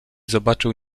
zobaczył